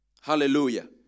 Hallelujah